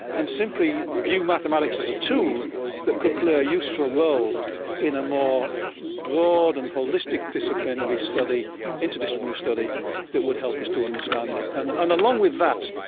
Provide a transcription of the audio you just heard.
and simply view mathematics as a tool that could play a useful role in a more broad and holistic interdisciplinary study interdisciplinary study that would help us to understand it and and along with that,